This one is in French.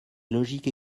logique